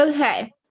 Okay